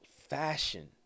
fashion